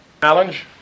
Challenge